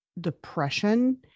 depression